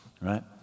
Right